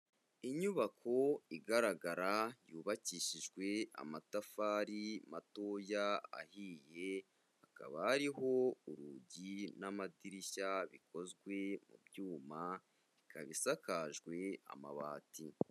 Inyubako igaragara yubakishijwe amatafari matoya ahiye, hakaba hariho urugi n'amadirishya bikozwe mu byuma, ikaba isakajwe amabati.